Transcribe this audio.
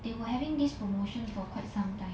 they were having this promotion for quite some time